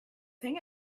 thing